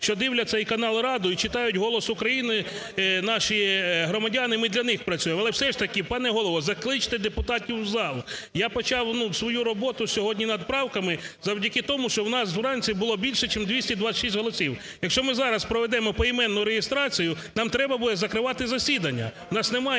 що дивляться і канал "Рада" і читають "Голос України" наші громадяни, ми для них працюємо. Але все ж таки, пане Голово, закличте депутатів у зал. Я почав свою роботу сьогодні над правками завдяки тому, що у нас вранці було більше чим 226 голосів. Якщо ми зараз проведемо поіменну реєстрацію, нам треба буде закривати засідання.